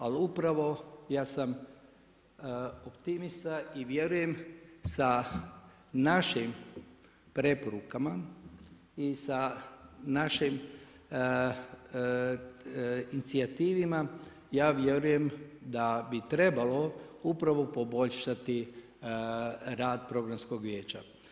Ali upravo ja sam optimista i vjerujem sa našim preporukama i sa našim inicijativama ja vjerujem da bi trebalo upravo poboljšati rad Programskog vijeća.